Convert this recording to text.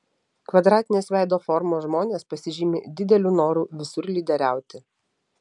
kvadratinės veido formos žmonės pasižymi dideliu noru visur lyderiauti